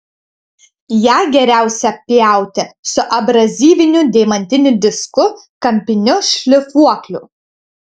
ją geriausia pjauti su abrazyviniu deimantiniu disku kampiniu šlifuokliu